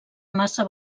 massa